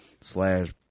slash